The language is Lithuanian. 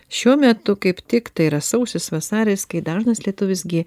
šiuo metu kaip tik tai yra sausis vasaris kai dažnas lietuvis gi